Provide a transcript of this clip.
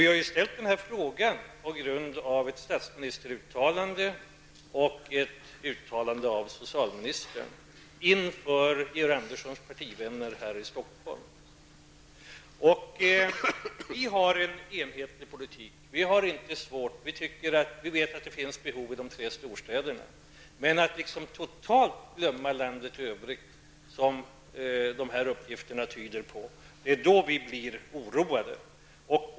Vi har ju ställt frågan på grund av ett statsministeruttalande och ett uttalande av socialministern inför Georg Anderssons partivänner här i Stockholm. Vi för en enhetlig politik och har det inte svårt, och vi vet att det finns behov i storstäderna. Men att totalt glömma landet i övrigt, som uppgifterna tyder på, gör oss oroade.